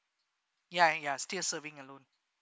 ya ya still serving a loan